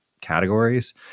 categories